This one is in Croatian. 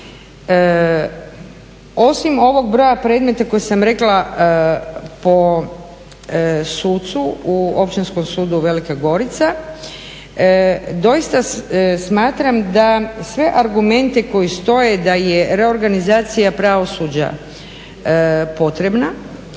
osim ovog broja predmeta koji sam rekla po sucu u Općinskom sudu Velika Gorica, doista smatram da sve argumente koji stoje da je reorganizacija pravosuđa potrebna